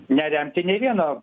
neremti nė vieno